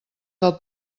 del